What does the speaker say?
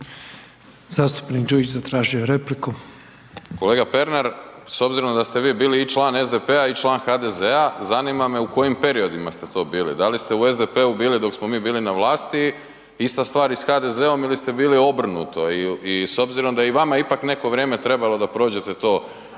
Zastupnik Đujić zatražio je repliku. **Đujić, Saša (SDP)** Kolega Pernar, s obzirom da ste vi bili i član SDP-a i član HDZ-a zanima me u kojim periodima ste to bili? Da li ste u SDP-u bili dok smo mi bili na vlasti, ista stvar i sa HDZ-om ili ste bili obrnuto? I s obzirom da je i vama ipak neko vrijeme trebalo da prođete to